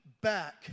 back